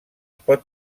pot